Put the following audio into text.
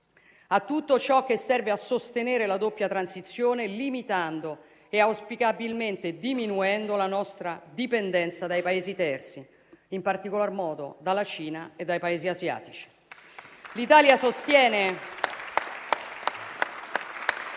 a tutto ciò che serve a sostenere la doppia transizione, limitando e auspicabilmente diminuendo la nostra dipendenza da Paesi terzi, in particolar modo dalla Cina e dai Paesi asiatici.